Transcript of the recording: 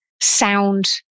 sound